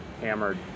hammered